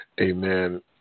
Amen